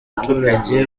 abaturage